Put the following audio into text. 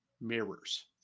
mirrors